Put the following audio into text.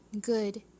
good